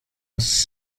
was